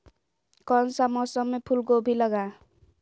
कौन सा मौसम में फूलगोभी लगाए?